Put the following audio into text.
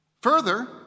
Further